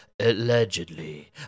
allegedly